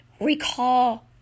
Recall